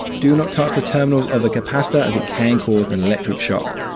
do not touch the terminals of a capacitor, as it can cause an electric shock.